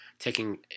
Taking